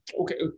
okay